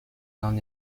n’en